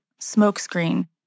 smokescreen